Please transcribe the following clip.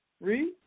Read